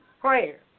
prayer